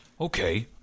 Okay